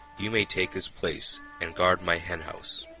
you may take his place and guard my henhouse.